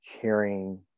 caring